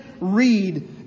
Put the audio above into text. read